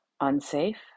unsafe